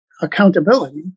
accountability